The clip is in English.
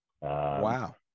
wow